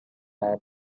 and